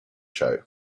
show